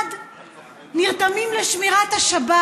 מייד נרתמים לשמירת השבת,